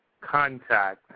contact